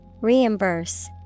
Reimburse